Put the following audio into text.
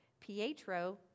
Pietro